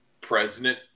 President